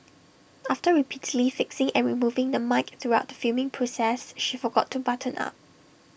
after repeatedly fixing and removing the mic throughout the filming process she forgot to button up